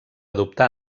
adoptà